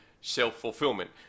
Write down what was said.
self-fulfillment